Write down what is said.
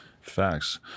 Facts